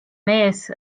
mees